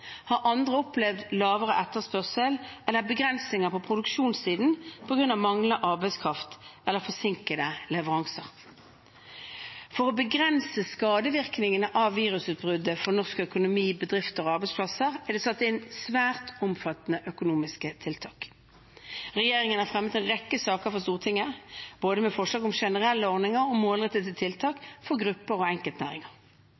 har andre opplevd lavere etterspørsel eller begrensninger på produksjonssiden på grunn av manglende arbeidskraft eller forsinkede leveranser. For å begrense skadevirkningene av virusutbruddet for norsk økonomi, bedrifter og arbeidsplasser er det satt inn svært omfattende økonomiske tiltak. Regjeringen har fremmet en rekke saker for Stortinget, med forslag om både generelle ordninger og målrettede